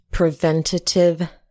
preventative